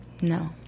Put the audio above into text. no